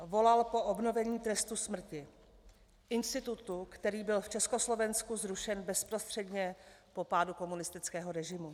Volal po obnovení trestu smrti, institutu, který byl v Československu zrušen bezprostředně po pádu komunistického režimu.